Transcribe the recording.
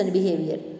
behavior